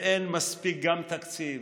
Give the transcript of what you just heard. ואין מספיק תקציב,